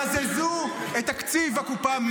בזזו את תקציב הקופה,